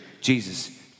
Jesus